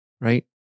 right